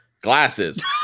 glasses